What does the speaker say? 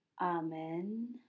Amen